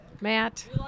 Matt